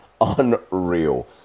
Unreal